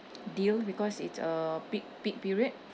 deal because it's a peak peak period